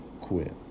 quit